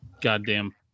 goddamn